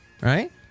right